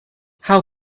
how